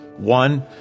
One